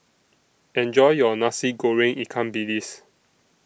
Enjoy your Nasi Goreng Ikan Bilis